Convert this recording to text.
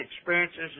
experiences